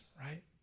right